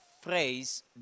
phrase